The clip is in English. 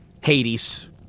Hades